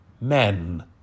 Men